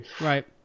right